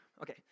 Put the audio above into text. Okay